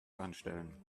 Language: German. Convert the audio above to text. anstellen